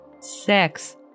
Sex